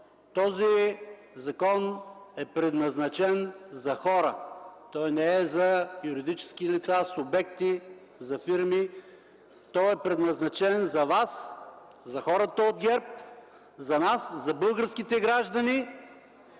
Този закон е предназначен за хора. Той не е за юридически лица, субекти, за фирми. Той е предназначен за Вас, за хората от ГЕРБ, за нас, за българските граждани,